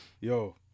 Yo